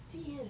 serious